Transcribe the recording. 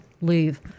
leave